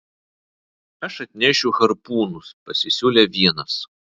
aš atnešiu harpūnus pasisiūlė vienas